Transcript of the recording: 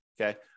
okay